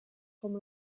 com